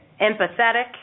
empathetic